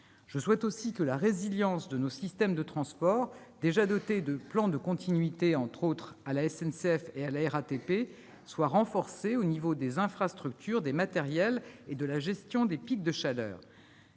Je souhaite aussi que la résilience de nos systèmes de transports, déjà dotés de plans de continuité, entre autres, à la SNCF et à la RATP, soit renforcée au niveau des infrastructures, des matériels et de la gestion des pics de chaleur.